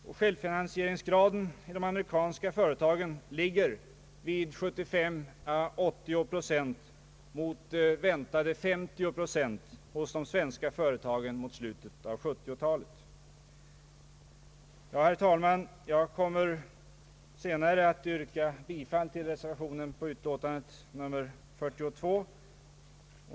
Och självfinansieringsgraden i de amerikanska företagen ligger vid 75 å 80 procent mot väntade 50 procent hos de svenska företagen i slutet av 1970-talet. Herr talman, jag kommer senare att yrka bifall till reservationen vid utlåtandet nr 42.